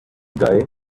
guy